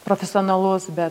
profesionalus bet